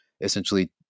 essentially